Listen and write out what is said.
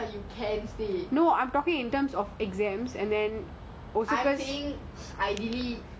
now things are fine you are like I can stay no I mean you can stay